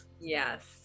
Yes